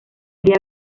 sería